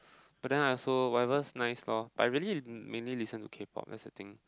but then I also whatever's nice lor but I really mainly listen to K-pop that's the thing